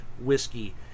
whiskey